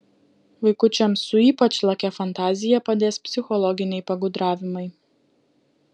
vaikučiams su ypač lakia fantazija padės psichologiniai pagudravimai